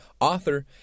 author